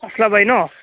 অচলাবাৰী নহ্